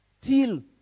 Till